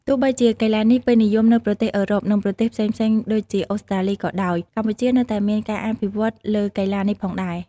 ទោះបីជាកីឡានេះពេញនិយមនៅប្រទេសអឺរ៉ុប និងប្រទេសផ្សេងៗដូចជា អូស្រ្តាលី ក៏ដោយ កម្ពុជានៅតែមានការអភិវឌ្ឍន៍លើកីឡានេះផងដែរ។